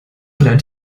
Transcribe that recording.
lernt